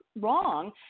wrong